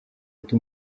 ati